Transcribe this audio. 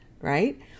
right